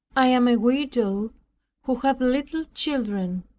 i am a widow who have little children.